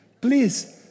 Please